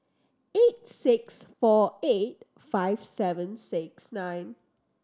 eight six four eight five seven six nine